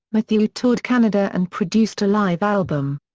mathieu toured canada and produced a live album.